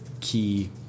key